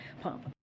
pump